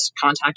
contact